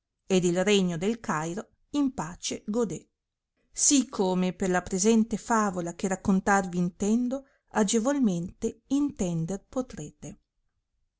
ed il regno del cairo in pace godè sì come per la presente favola che raccontarvi intendo agevolmente intender potrete